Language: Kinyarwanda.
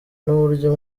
n’uburyo